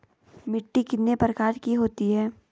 मिट्टी कितने प्रकार की होती है?